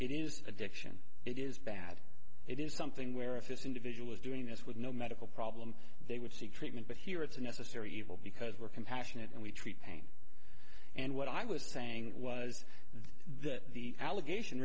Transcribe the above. is addiction it is bad it is something where if this individual is doing this with no medical problem they would seek treatment but here it's a necessary evil because we're compassionate and we treat pain and what i was saying was that the allegation